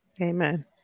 Amen